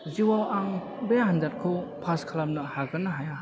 जिउआव आं बे आनजादखौ फास खालामनो हागोनना हाया